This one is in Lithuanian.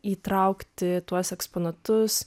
įtraukti tuos eksponatus